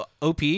OP